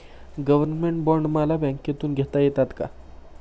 Government bond मला बँकेमधून घेता येतात का?